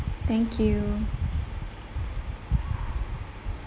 thank you